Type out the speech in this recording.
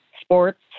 sports